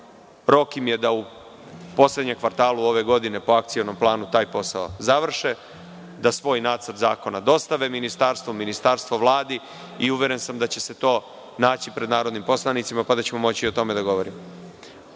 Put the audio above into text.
Rok im je da u poslednjem kvartalu ove godine po Akcionom planu taj posao završe, da svoj nacrt zakona dostave ministarstvu, ministarstvo Vladi i uveren sam da će se to naći pred narodnim poslanicima, pa da ćemo moći i o tome da govorimo. Rečeno